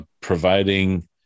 providing